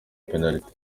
penaliti